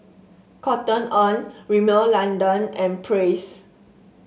Cotton On Rimmel London and Praise